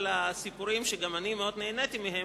לסיפורים שגם אני מאוד נהניתי מהם,